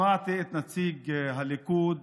שמעתי את נציג הליכוד